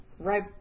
right